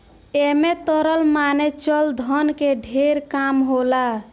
ऐमे तरल माने चल धन के ढेर काम होला